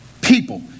people